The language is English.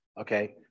Okay